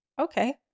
Okay